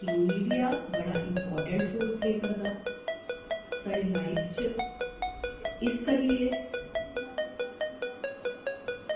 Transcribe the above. की मीडिया बड़ा important role play करदा साढ़ी लाइफ च इस करियै